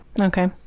Okay